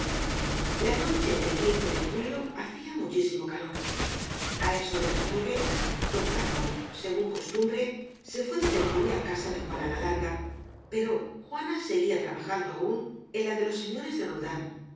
la noche del de julio hacía muchísimo calor á eso de las nueve don paco según costumbre se fué de tertulia á casa de juana la larga pero jua na seguía trabajando aún en la de los señores de roldán